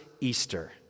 Easter